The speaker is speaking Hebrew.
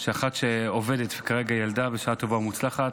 לאחת שעובדת שכרגע ילדה בשעה טובה ומוצלחת,